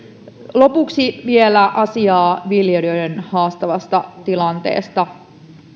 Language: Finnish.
lopuksi vielä asiaa viljelijöiden haastavasta tilanteesta